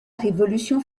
révolution